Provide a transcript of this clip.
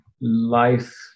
life